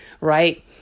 right